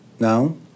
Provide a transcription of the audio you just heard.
No